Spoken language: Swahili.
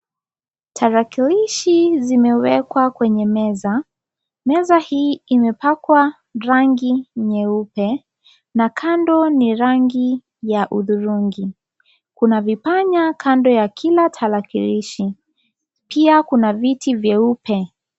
Tarakilishi zimewekwa kwenye meza, meza hii imepakwa rangi nyeupe na kando ni rangi ya hudhurungi, kuna vipanya kando ya kila tarakilishi, pia kuna viti vyeupe.